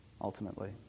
ultimately